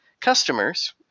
customers